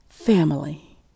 family